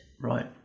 Right